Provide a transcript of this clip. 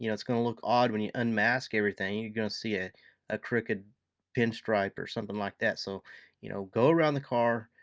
you know it's going to look odd when you unmask everything. you're gonna see a ah crooked pinstripe or something like that. so you know go around the car,